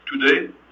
Today